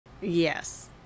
yes